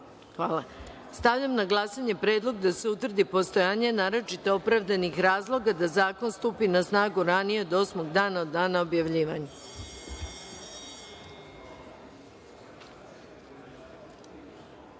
vam. Stavljam na glasanje predlog da se utvrdi postojanje naročito opravdanih razloga da zakon stupi na snagu ranije od osmog dana od dana objavljivanja. Zaključujem